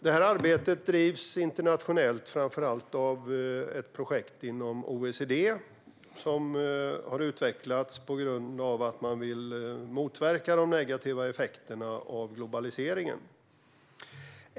Detta arbete drivs internationellt framför allt av ett projekt inom OECD som har utvecklats på grund av att man ville motverka de negativa effekterna av globaliseringen.